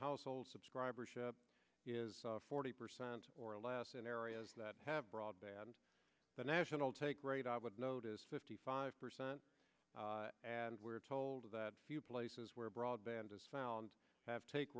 households subscribership is forty percent or less in areas that have broadband the national take rate i would notice fifty five percent and we're told that few places where broadband is found have take